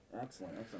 Excellent